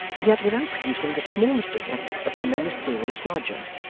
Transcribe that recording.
and yet without producing the smallest effect upon their mysterious lodger.